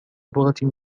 لغة